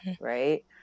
Right